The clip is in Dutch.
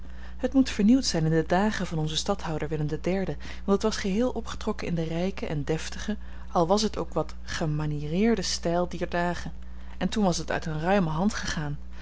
het moet vernieuwd zijn in de dagen van onzen stadhouder willem iii want het was geheel opgetrokken in den rijken en deftigen al was het ook wat gemanireerden stijl dier dagen en toen was het uit eene ruime hand gegaan